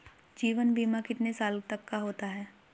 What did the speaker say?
जीवन बीमा कितने साल तक का होता है?